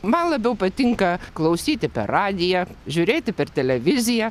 man labiau patinka klausyti per radiją žiūrėti per televiziją